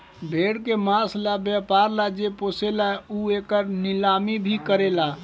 भेड़ के मांस ला व्यापर ला जे पोसेला उ एकर नीलामी भी करेला